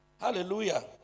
Hallelujah